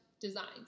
designs